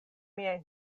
miaj